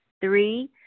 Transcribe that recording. Three